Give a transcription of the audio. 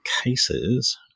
cases